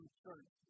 church